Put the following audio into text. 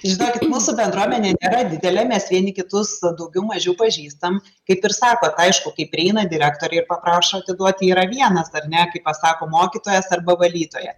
žinokit mūsų bendruomenė nėra didelė mes vieni kitus daugiau mažiau pažįstam kaip ir sakot aišku kai prieina direktorė ir paprašo atiduoti yra vienas ar ne kai pasako mokytojas arba valytoja